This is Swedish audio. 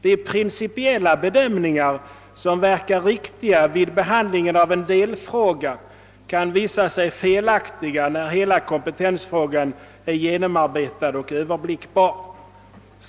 De principiella bedömningar som verkar riktiga vid behandlingen av en delfråga kan visa sig felaktiga när hela kompetensfrågan är genomarbetad och överblickbar.